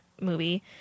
movie